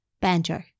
Banjo